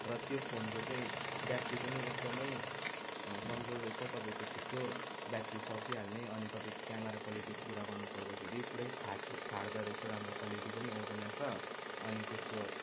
र त्यो फोनको चाहिँ ब्याट्री पनि एकदमै कमजोर रहेछ तपाईँको छिट्टो ब्याट्री सकिहाल्ने अनि तपाईँको क्यामरा क्वालिटीको कुरा गर्नु पर्दाखेरि पुरै फाट् फाट्दोरहे राम्रो क्वालिटी पनि आउँदैन रहेछ अनि त्यसको